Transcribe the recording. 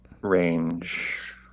range